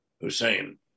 Hussein